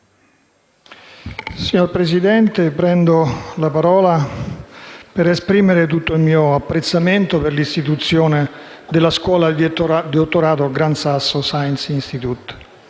Signor Presidente, prendo la parola per esprimere tutto il mio apprezzamento per l'istituzione della scuola di dottorato Gran Sasso Science Institute.